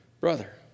brother